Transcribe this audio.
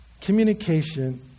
communication